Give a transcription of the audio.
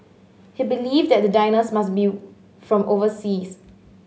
he believed that the diners must be from overseas